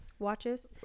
Watches